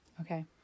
Okay